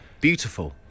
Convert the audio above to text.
Beautiful